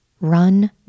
run